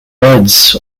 wards